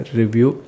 review